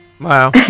Wow